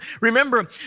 Remember